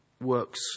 works